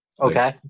Okay